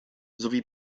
sowie